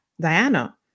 Diana